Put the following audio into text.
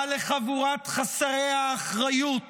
מה בין חבורת חסרי האחריות